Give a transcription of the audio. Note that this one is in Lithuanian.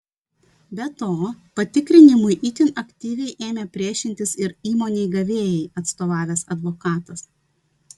be to patikrinimui itin aktyviai ėmė priešintis ir įmonei gavėjai atstovavęs advokatas